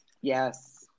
Yes